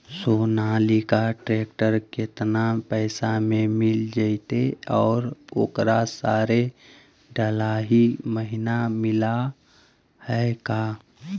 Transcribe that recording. Sonalika tractor केतना पैसा में मिल जइतै और ओकरा सारे डलाहि महिना मिलअ है का?